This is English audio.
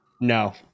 No